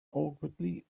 awkwardly